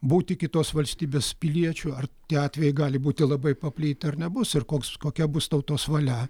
būti kitos valstybės piliečiu ar tie atvejai gali būti labai paplitę ar nebus ir koks kokia bus tautos valia